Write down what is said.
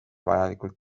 vajalikul